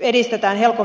edistetään helcomin suosituksille